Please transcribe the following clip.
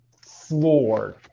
floored